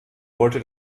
wollte